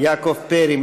יעקב פרי.